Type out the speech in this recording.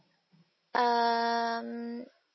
um